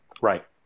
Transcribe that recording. Right